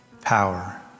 power